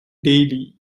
daily